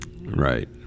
right